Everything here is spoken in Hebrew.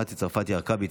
מטי צרפתי הרכבי,